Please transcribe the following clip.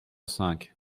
cinq